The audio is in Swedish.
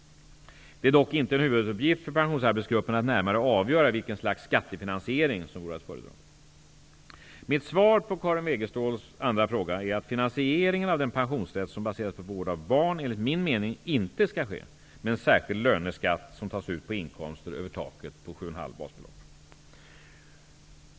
Det är dock inte en huvuduppgift för Pensionsarbetsgruppen att närmare avgöra vilket slags skattefinansiering som vore att föredra. Mitt svar på Karin Wegeståls fråga är att finansieringen av den pensionsrätt som baseras på vård av barn enligt min mening inte skall ske med en särskild löneskatt som tas ut på inkomster över taket på 7,5 basbelopp.